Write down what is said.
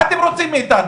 מה אתם רוצים מאיתנו?